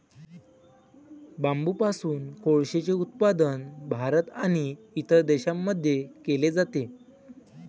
बांबूपासून कोळसेचे उत्पादन भारत आणि इतर देशांमध्ये केले जाते